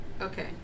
Okay